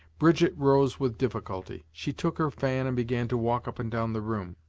brigitte arose with difficulty she took her fan and began to walk up and down the room.